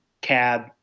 cab